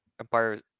Empire